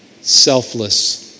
selfless